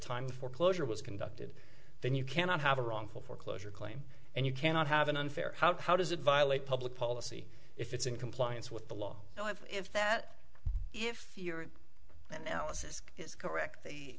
time foreclosure was conducted then you cannot have a wrongful foreclosure claim and you cannot have an unfair how how does it violate public policy if it's in compliance with the law i have if that if your analysis is correct the